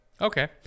Okay